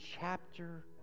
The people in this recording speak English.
chapter